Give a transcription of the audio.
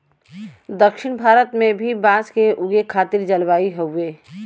दक्षिण भारत में भी बांस के उगे खातिर जलवायु हउवे